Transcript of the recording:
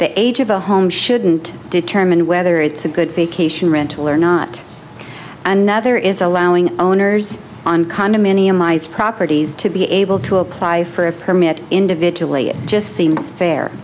the age of a home shouldn't determine whether it's a good vacation rental or not another is allowing owners on condominium ice properties to be able to apply for a permit individually it just seems fair